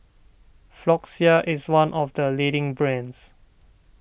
Floxia is one of the leading brands